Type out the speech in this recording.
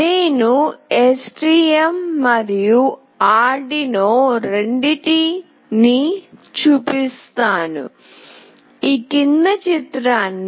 నేను STM మరియు Arduino రెండింటి ని చూపిస్తాను